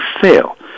fail